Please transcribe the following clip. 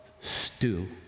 stew